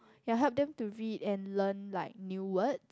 ya help them to read and learn like new words